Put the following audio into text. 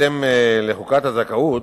בהתאם לחוקת הזכאות,